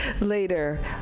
later